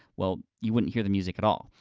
well, you wouldn't hear the music at all.